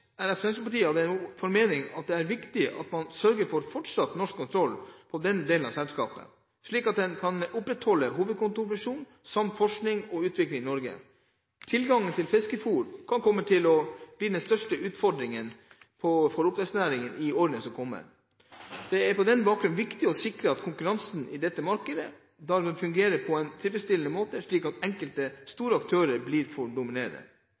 er Fremskrittspartiet av den formening at det er viktig at man sørger for fortsatt norsk kontroll på denne delen av selskapet, slik at man kan opprettholde hovedkontorfunksjon samt forskning og utvikling i Norge. Tilgangen til fiskefôr kan komme til å bli den største utfordringen for oppdrettsnæringen i årene som kommer. Det er på denne bakgrunn viktig å sikre at konkurransen i dette markedet fungerer på en tilfredsstillende måte, slik at ikke enkelte store aktører blir for dominerende.